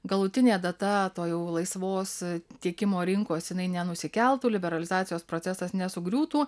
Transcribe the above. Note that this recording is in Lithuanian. galutinė data to jau laisvos tiekimo rinkos jinai nenusikeltų liberalizacijos procesas nesugriūtų